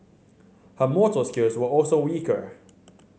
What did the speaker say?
her motor skills were also weaker